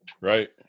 Right